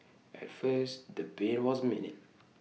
at first the pain was minute